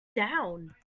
down